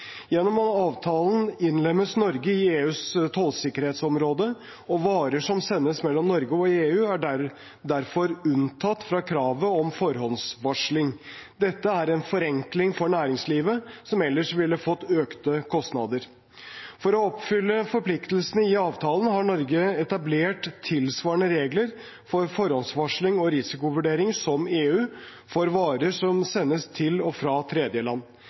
Gjennom avtalen innlemmes Norge i EUs tollsikkerhetsområde, og varer som sendes mellom Norge og EU, er derfor unntatt fra kravet om forhåndsvarsling. Dette er en forenkling for næringslivet, som ellers ville fått økte kostnader. For å oppfylle forpliktelsene i avtalen har Norge etablert tilsvarende regler for forhåndsvarsling og risikovurdering som EU for varer som sendes til og fra tredjeland.